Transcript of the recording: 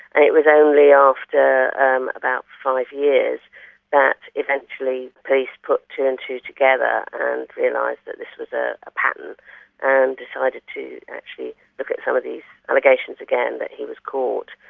and it was only after um about five years that eventually police put two and two together and realised that this was a pattern and decided to actually look at some of these allegations again that he was caught,